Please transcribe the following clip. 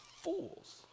fools